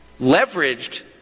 leveraged